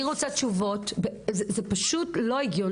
שאילתה שהגשנו במרץ 22 על הדבר הזה,